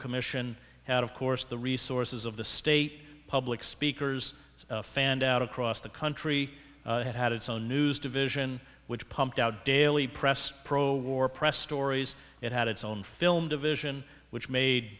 commission had of course the resources of the state public speakers fanned out across the country it had its own news division which pumped out daily press pro war press stories it had its own film division which made